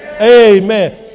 Amen